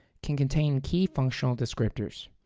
can contain key functional descriptors.